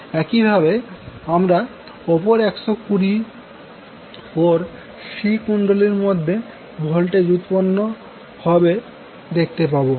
একইভাবে আমরা অপর 120০ পর C কুন্ডলীর মধ্যে ভোল্টেজ উৎপন্ন হতে শুরু করবে দেখতে পাবো